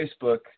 Facebook